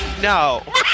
No